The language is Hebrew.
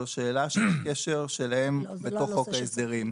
זו שאלה של הקשר שלהם בתוך חוק ההסדרים.